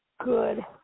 good